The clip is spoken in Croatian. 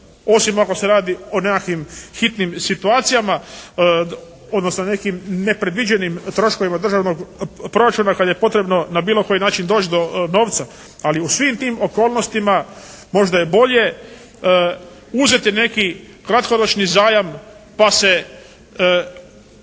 osim ako se radi o nekakvim hitnim situacijama odnosno nekim nepredviđenim troškovima državnog proračuna kad je potrebno na bilo koji način doći do novca. Ali u svim tim okolnostima možda je bolje uzeti neki kratkoročni zajam pa se